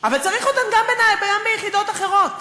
אבל צריך אותן גם ביחידות אחרות,